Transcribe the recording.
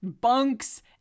bunks